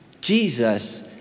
Jesus